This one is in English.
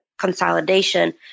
consolidation